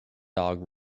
dog